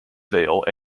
vale